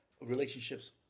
relationships